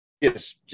Yes